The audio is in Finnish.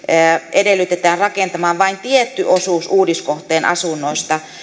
edellytetään rakentamaan vain tietty osuus uudiskohteen asunnoista